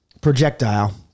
Projectile